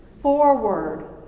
forward